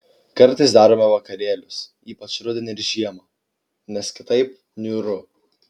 kartais darome vakarėlius ypač rudenį ir žiemą nes kitaip niūru